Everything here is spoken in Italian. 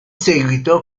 seguito